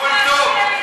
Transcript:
הכול טוב.